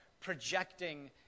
projecting